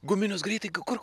guminius greitai kur